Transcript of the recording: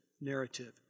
narrative